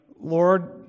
Lord